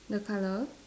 the colour